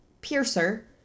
piercer